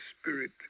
spirit